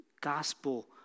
gospel